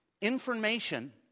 Information